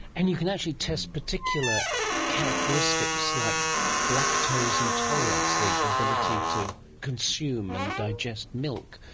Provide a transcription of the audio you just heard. and you can actually test particular characteristics, like lactose intolerance, the ability to consume and digest milk.